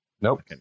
Nope